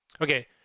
okay